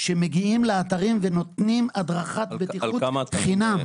שמגיעים לאתרים ונותנים הדרכת בטיחות חינם.